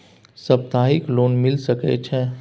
सप्ताहिक लोन मिल सके छै?